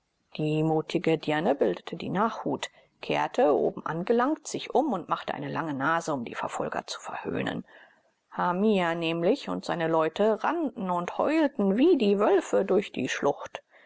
die mutige dirne bildete die nachhut kehrte oben angelangt sich um und machte eine lange nase um die verfolger zu verhöhnen hamia nämlich und seine leute rannten und heulten wie die wölfe durch die schlucht